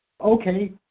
Okay